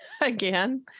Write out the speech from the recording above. again